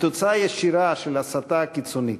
כתוצאה ישירה של הסתה קיצונית.